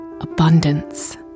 abundance